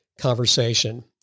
conversation